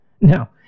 Now